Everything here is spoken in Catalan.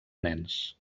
nens